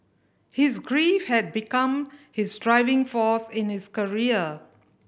his grief had become his driving force in his career